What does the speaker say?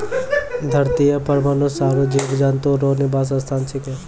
धरतीये पर मनुष्य आरु जीव जन्तु रो निवास स्थान छिकै